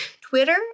Twitter